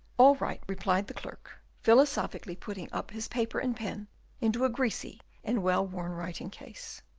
all right, replied the clerk, philosophically putting up his paper and pen into a greasy and well-worn writing-case.